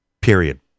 period